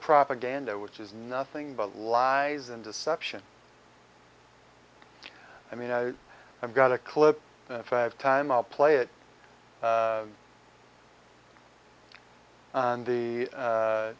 propaganda which is nothing but lies and deception i mean i've got a clip five time i'll play it and the